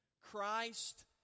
Christ